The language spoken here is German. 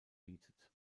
bietet